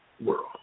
world